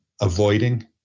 avoiding